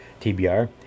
TBR